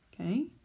Okay